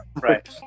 Right